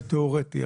מקרה תיאורטי,